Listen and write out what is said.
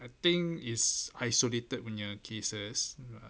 I think it's isolated punya cases